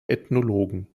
ethnologen